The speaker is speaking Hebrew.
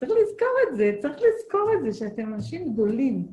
צריך לזכור את זה, צריך לזכור את זה שאתם אנשים גולים.